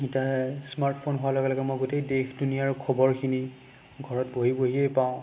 এতিয়া smart phone হোৱাৰ লগে লগে মই গোটেই দেশ দুনীয়াৰ খবৰ খিনি ঘৰত বহি বহিয়ে পাওঁ